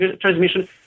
transmission